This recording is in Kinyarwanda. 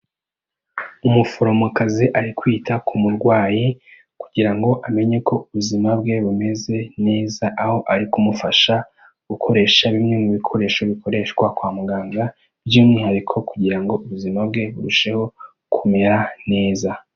Umuforomokazi ari kwita ku murwayi kugira ngo amenye ko ubuzima bwe bumeze neza, aho ari kumufasha gukoresha bimwe mu bikoresho bikoreshwa kwa muganga by'umwihariko kugira ngo ubuzima bwe burusheho kumera neza.